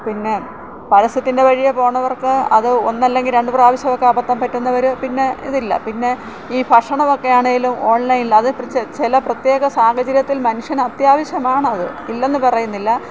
പിന്നെ പരസ്യത്തിൻ്റെ വഴിയെ പോകുന്നവർക്ക് അത് ഒന്ന് അല്ലെങ്കിൽ രണ്ട് പ്രാവശ്യം ഒക്കെ അബദ്ധം പറ്റുന്നവർ പിന്നെ ഇതില്ല പിന്നെ ഈ ഭക്ഷണമൊക്കെ ആണെങ്കിലും ഓൺലൈനിൽ അത് ചില പ്രതേക സാഹചര്യത്തിൽ മനുഷ്യന് അത്യാവശ്യമാണത് ഇല്ലെന്ന് പറയുന്നില്ല